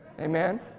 Amen